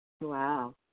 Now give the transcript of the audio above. Wow